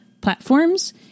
platforms